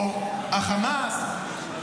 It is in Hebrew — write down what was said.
או חמאס,